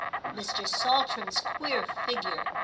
mr. saltram's queer figure,